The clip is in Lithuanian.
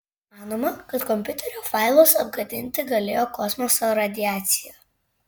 manoma kad kompiuterio failus apgadinti galėjo kosmoso radiacija